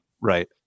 right